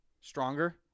stronger